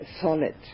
solid